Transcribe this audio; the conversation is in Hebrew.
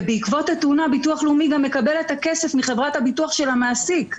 ובעקבות התאונה הביטוח הלאומי גם מקבל את הכסף מחברת הביטוח של המעסיק,